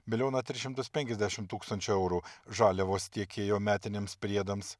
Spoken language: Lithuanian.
vėliau na tris šimtu spenkiasdešimt tūkstančių eurų žaliavos tiekėjo metiniams priedams